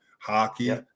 hockey